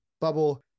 bubble